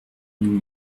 nous